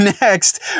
Next